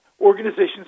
organizations